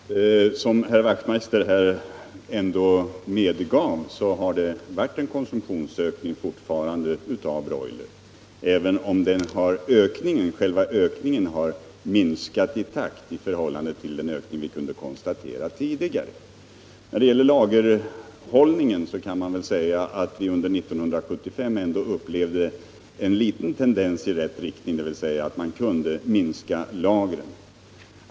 Herr talman! Som herr Wachtmeister i Staffanstorp ändå medgav har det hittills varit en ökning av broilerkonsumtionen — även om själva ökningen har minskat slakten i förhållande till den ökning vi kunde konstatera tidigare. När det gäller lagerhållningen upplevde vi under 1975 en tendens i rätt riktning, dvs. man kunde minska lagren.